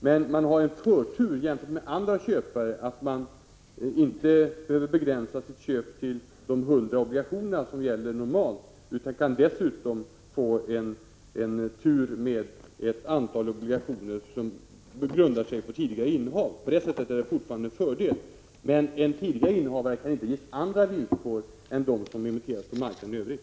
Men man har en fördel jämfört med andra köpare genom att man inte behöver begränsa sina köp till 100 obligationer, som gäller normalt, utan dessutom kan få förvärva ett antal obligationer som grundar sig på tidigare innehav. Men en tidigare innehavare kan givetvis inte ges andra villkor än dem som gäller på marknaden i övrigt.